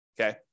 okay